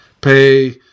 pay